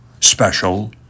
special